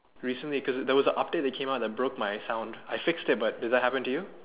recently because there was a update recently that came out that broke my sound I fixed it but did that happen to you